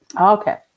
Okay